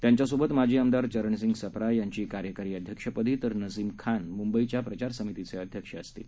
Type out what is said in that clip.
त्यांच्यासोबतमाजीआमदारचरणसिंगसप्रायांचीकार्यकारीअध्यक्षपदीतरनसीमखानमुंबईच्याप्रचारसमितीचेअध्यक्षअसतील